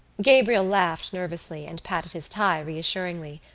gabriel laughed nervously and patted his tie reassuringly,